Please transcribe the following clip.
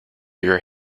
your